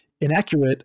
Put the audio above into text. inaccurate